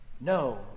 no